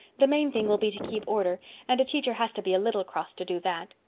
the main thing will be to keep order and a teacher has to be a little cross to do that.